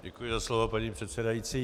Děkuji za slovo, paní předsedající.